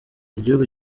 igihugu